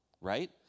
right